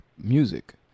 music